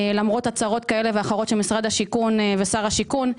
למרות הצהרות כאלה ואחרות של משרד השיכון ושר השיכון,